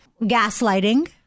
Gaslighting